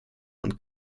und